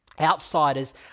Outsiders